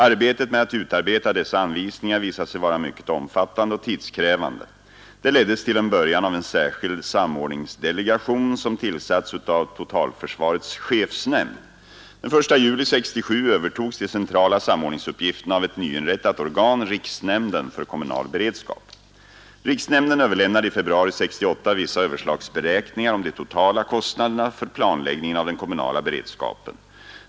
Arbetet med att utforma dessa anvisningar visade sig vara mycket omfattande och tidskrävande. Det leddes till en början av en särskild samordningsdelegation som tillsatts av totalförsvarets chefsnämnd. Den 1 juli 1967 övertogs de centrala samordningsuppgifterna av ett nyinrättat organ, riksnämnden för kommunal beredskap. Riksnämnden överlämnade i februari 1968 vissa överslagsberäkningar om de totala kostnaderna för planläggningen av den kommunala beredskapen.